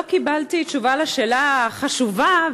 לא קיבלתי תשובה על השאלה החשובה,